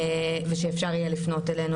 ושאפשר יהיה לפנות אלינו,